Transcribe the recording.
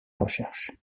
recherche